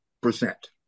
percent